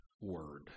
word